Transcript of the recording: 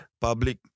public